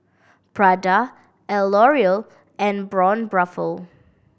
Prada L'Oreal and Braun Buffel